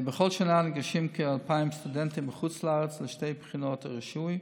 בכל שנה ניגשים כ-2,000 סטודנטים מחוץ לארץ לשתי בחינות הרישוי,